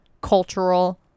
cultural